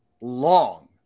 long